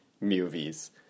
movies